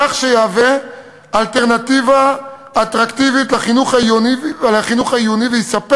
כך שיהווה אלטרנטיבה אטרקטיבית לחינוך העיוני ויספק